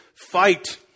fight